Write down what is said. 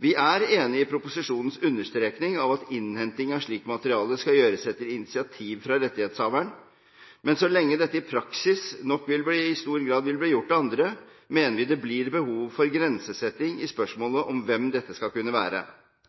Vi er enige i proposisjonens understrekning av at innhenting av slikt materiale skal gjøres etter initiativ fra rettighetshaveren, men så lenge dette i praksis i stor grad nok vil bli gjort av andre, mener vi det blir behov for grensesetting i spørsmålet om hvem dette skal kunne være.